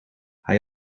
hij